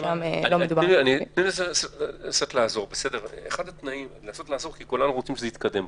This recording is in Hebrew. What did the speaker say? תני לנסות לעזור, כי כולם רוצים שזה יתקדם.